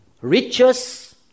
riches